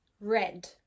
red